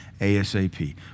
ASAP